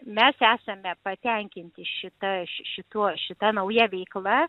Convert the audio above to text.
mes esame patenkinti šita ši šituo šita nauja veikla